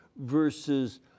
versus